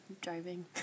driving